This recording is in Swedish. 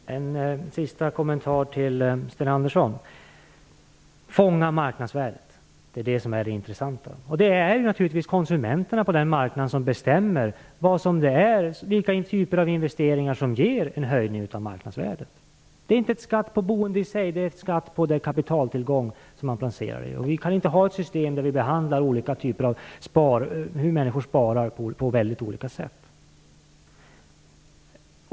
Herr talman! En sista kommentar till Sten Andersson: Fånga marknadsvärdet! Det är det som är det intressanta. Det är naturligtvis konsumenterna på den marknaden som bestämmer vilka typer av investeringar som ger en höjning av marknadsvärdet. Det är inte en skatt på boende i sig. Det är en skatt på den kapitaltillgång som man placerar i. Vi kan inte ha ett system där vi behandlar människors olika sparformer på väldig olika sätt.